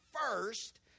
first